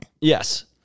Yes